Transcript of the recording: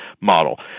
model